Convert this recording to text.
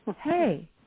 hey